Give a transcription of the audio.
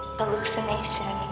hallucination